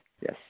yes